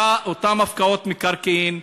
אותן הפקעות מקרקעין,